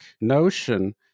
notion